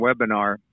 webinar